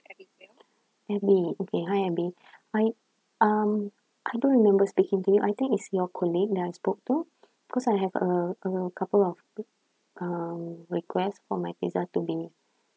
abi okay hi abi I um I don't remember speaking to you I think it's your colleague that I spoke to because I have a a couple of um request for my pizza to be